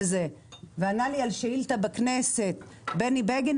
זה וענה לי על שאילתה בכנסת בני בגין,